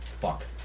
Fuck